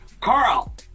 Carl